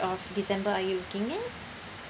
of december are you looking at